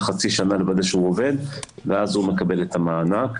חצי שנה לוודא שהוא עובד ואז הוא מקבל את המענק.